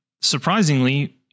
surprisingly